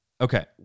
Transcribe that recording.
Okay